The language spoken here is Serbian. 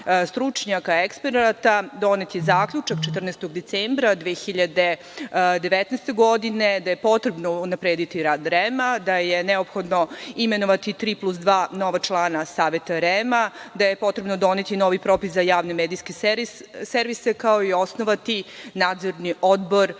stručnjaka, eksperata, donet je zaključak 14. decembra 2019. godine da je potrebno unaprediti rad REM, da je neophodno imenovati tri plus dva nova člana Saveta REM, da je potrebno doneti novi propis za javni medijski servis, kao i osnovati nadzorni odbor